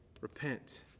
Repent